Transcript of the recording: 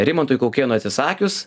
rimantui kaukėnui atsisakius